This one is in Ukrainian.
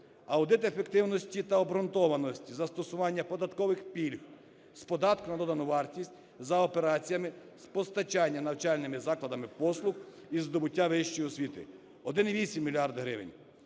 Аудит ефективності та обґрунтованості застосування податкових пільг з податку на додану вартість за операціями з постачання навчальними закладами послуг із здобуття вищої освіти – 1,8 мільярда